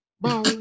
Boom